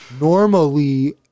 Normally